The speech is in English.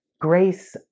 grace